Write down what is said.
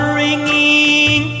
ringing